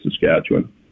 Saskatchewan